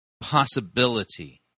possibility